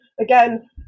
again